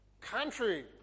country